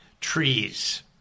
trees